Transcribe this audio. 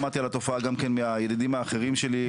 שמעתי על התופעה גם כן מהידידים האחרים שלי,